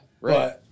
right